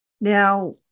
Now